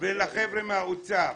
ולחבר'ה מהאוצר,